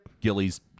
Gilly's